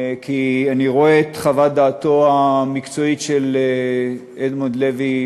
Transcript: כי אני רואה את חוות דעתו המקצועית של אדמונד לוי,